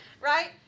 right